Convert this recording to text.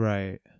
Right